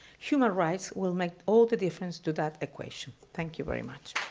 human rights will make all the difference to that equation. thank you very much.